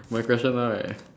my question now right